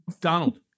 Donald